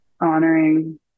Honoring